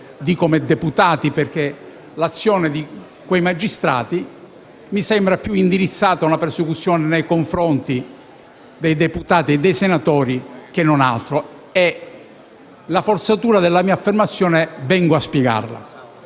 D, come «deputati», perché l'azione di quei magistrati mi sembra più indirizzata a una persecuzione nei confronti dei deputati e dei senatori che non altro. Vengo a spiegare la forzatura della mia affermazione. Questa è la